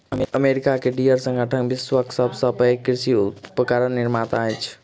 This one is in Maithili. अमेरिका के डियर संगठन विश्वक सभ सॅ पैघ कृषि उपकरण निर्माता अछि